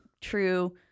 true